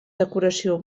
decoració